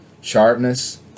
sharpness